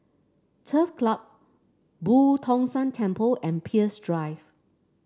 Turf Club Boo Tong San Temple and Peirce Drive